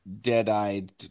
dead-eyed